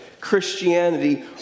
christianity